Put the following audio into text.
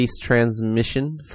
transmission